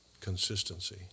consistency